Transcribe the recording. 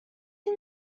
این